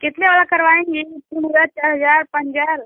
कितने वाला करवाएँगी तीन हजार चार हजार पाँच हजार